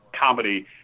comedy